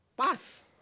Pass